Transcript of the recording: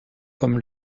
comme